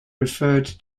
referred